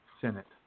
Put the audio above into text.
Senate